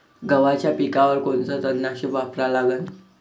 गव्हाच्या पिकावर कोनचं तननाशक वापरा लागन?